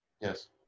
Yes